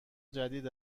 جدید